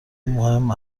مهم